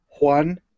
Juan